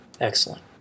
Excellent